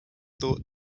thought